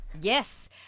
yes